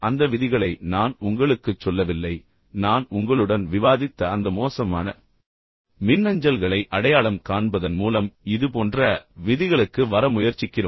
அந்த விதிகளை நான் உண்மையில் உங்களுக்குச் சொல்லவில்லை ஆனால் நான் உங்களுடன் விவாதித்த அந்த மோசமான மின்னஞ்சல்களை அடையாளம் காண்பதன் மூலம் இதுபோன்ற விதிகளுக்கு வர முயற்சிக்கிறோம்